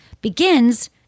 begins